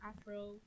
Afro